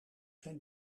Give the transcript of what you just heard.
zijn